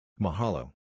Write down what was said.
Mahalo